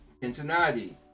Cincinnati